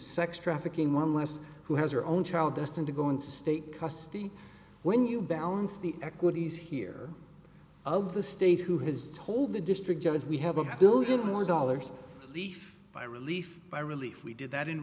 sex trafficking one less who has her own child destined to go into state custody when you balance the equities here of the state who has told the district judge we have a billion more dollars by relief by relief we did that in